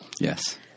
Yes